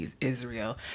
Israel